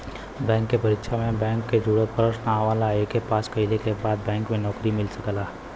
bank के परीक्षा में बैंक से जुड़ल प्रश्न आवला एके पास कइले के बाद बैंक में नौकरी मिल सकला